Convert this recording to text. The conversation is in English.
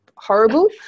horrible